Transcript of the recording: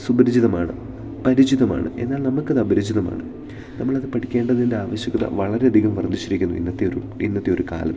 സുപരിചിതമാണ് പരിചിതമാണ് എന്നാൽ നമുക്കതപരിചിതമാണ് നമ്മളത് പഠിക്കേണ്ടതിൻറ്റാവശ്യകത വളരെയധികം വർദ്ധിച്ചിരിക്കുന്നു ഇന്നത്തെ ഒരു ഇന്നത്തെ ഒരു കാലത്ത്